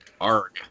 Arg